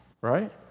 Right